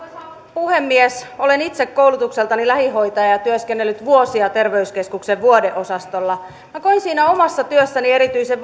puhemies olen itse koulutukseltani lähihoitaja ja ja työskennellyt vuosia terveyskeskuksen vuodeosastolla koin siinä omassa työssäni erityisen